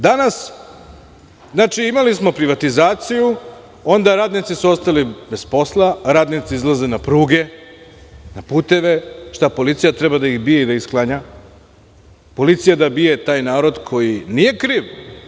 Danas, imali smo privatizaciju, onda su radnici ostali bez posla, radnici izlaze na pruge, na puteve, šta policija treba da ih bije, sklanja, policija da bije taj narod koji nije kriv?